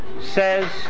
says